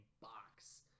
box